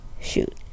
shoot